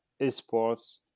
eSports